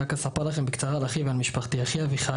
רק אספר בקצרה על אחי ועל משפחתי: אחי אביחי,